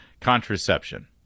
contraception